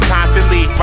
Constantly